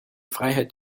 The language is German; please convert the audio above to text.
freiheit